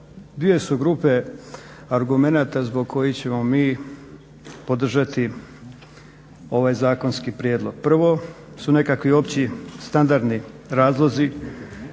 Dvije su grupe argumenata zbog kojih ćemo mi podržati ovaj zakonski prijedlog. Prvo su nekakvi opći standardni razlozi.